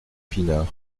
pinard